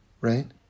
right